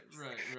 right